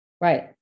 Right